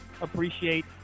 appreciate